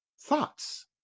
thoughts